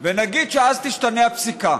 ונגיד שאז תשתנה הפסיקה,